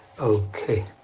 Okay